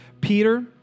Peter